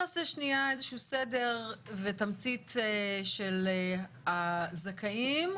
נעשה סדר ותמצית של הזכאים,